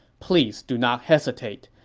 please do not hesitate.